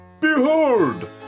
behold